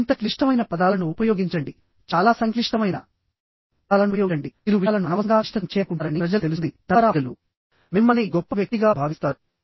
మరింత క్లిష్టమైన పదాలను ఉపయోగించండి చాలా సంక్లిష్టమైన పదాలను ఉపయోగించండిమీరు విషయాలను అనవసరంగా క్లిష్టతరం చేయాలనుకుంటున్నారని ప్రజలకు తెలుస్తుంది తద్వారా ప్రజలు మిమ్మల్ని గొప్ప వ్యక్తిగా భావిస్తారు